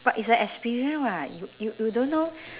but it's a experience [what] you you you don't know